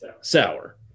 sour